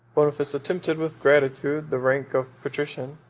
boniface accepted with gratitude the rank of patrician,